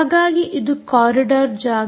ಹಾಗಾಗಿ ಇದು ಕಾರಿಡಾರ್ ಜಾಗ